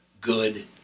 good